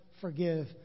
forgive